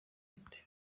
birori